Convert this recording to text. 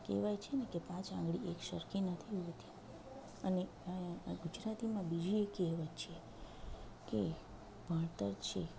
કહેવાય છે ને કે પાંચ આંગળી એક સરખી નથી હોતી અને ગુજરાતીમાં બીજી એ કહેવત છે કે ભણતર છે